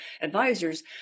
advisors